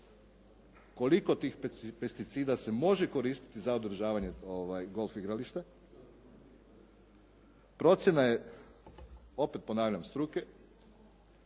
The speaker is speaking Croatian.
koliko tih pesticida se može koristiti za održavanje golf igrališta. Procjena je opet ponavljam struke